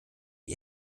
die